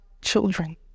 children